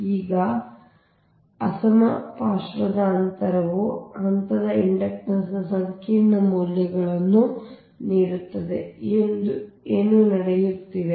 ಈಗ ಅಸಮಪಾರ್ಶ್ವದ ಅಂತರವು ಹಂತದ ಇಂಡಕ್ಟನ್ಸ್ ನ ಸಂಕೀರ್ಣ ಮೌಲ್ಯಗಳನ್ನು ನೀಡುತ್ತದೆ ಎಂದು ಏನು ನಡೆಯುತ್ತಿದೆ